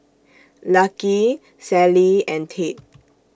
Lucky Sallie and Tate